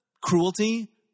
cruelty